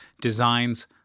designs